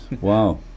wow